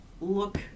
look